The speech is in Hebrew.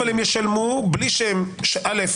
אבל הם ישלמו בלי שהם: א'